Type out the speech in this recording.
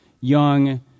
young